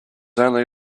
only